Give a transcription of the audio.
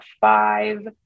five